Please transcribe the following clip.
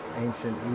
ancient